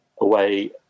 away